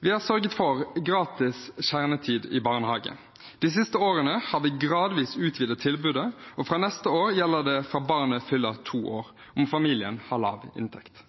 Vi har sørget for gratis kjernetid i barnehagen. De siste årene har vi gradvis utvidet tilbudet, og fra neste år gjelder det fra barnet fyller to år om familien har lav inntekt.